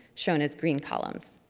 shown as green columns.